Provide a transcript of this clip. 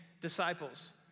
disciples